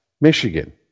Michigan